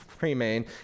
remain